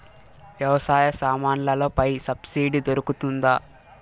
వ్యవసాయ సామాన్లలో పై సబ్సిడి దొరుకుతుందా?